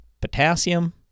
potassium